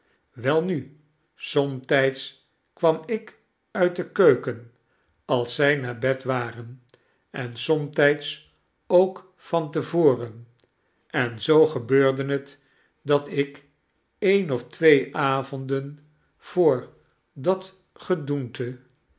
welnu somtijds kwam ik uit de keuken als zij naar bed waren en somtijds ook van te voren en zoo gebeurde het dat ik een of twee avonden voor dat gedoente